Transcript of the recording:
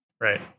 Right